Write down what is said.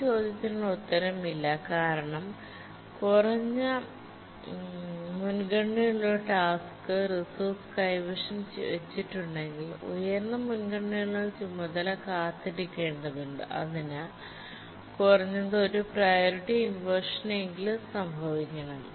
ഈ ചോദ്യത്തിനുള്ള ഉത്തരം ഇല്ല കാരണം കുറഞ്ഞ മുൻഗണനയുള്ള ഒരു ടാസ്ക് റിസോഴ്സ് കൈവശം വച്ചിട്ടുണ്ടെങ്കിൽ ഉയർന്ന മുൻഗണനയുള്ള ചുമതല കാത്തിരിക്കേണ്ടതുണ്ട് അതിനാൽ കുറഞ്ഞത് ഒരു പ്രിയോറിറ്റി ഇൻവെർഷൻ എങ്കിലും സംഭവിക്കണം